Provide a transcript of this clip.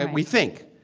and we think.